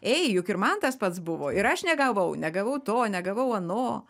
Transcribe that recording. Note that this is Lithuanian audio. ei juk ir man tas pats buvo ir aš negavau negavau to negavau ano